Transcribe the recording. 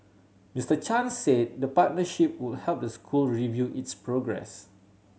Mister Chan say the partnership would help the school review its progress